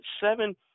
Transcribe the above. seven